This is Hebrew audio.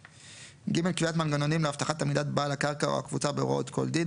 (ג) קביעת מנגנונים להבטחת עמידת בעל הקרקע או הקבוצה בהוראות כל דין,